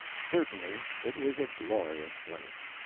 certainly it was a glorious place!